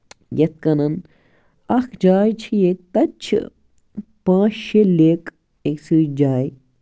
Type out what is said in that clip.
یِتھ کَنن اکھ جاے چھِ ییٚتہِ تتَتہِ چھِ پانژھ شیٚے لیک أکۍ سٕے جایہِ